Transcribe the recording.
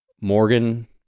Morgan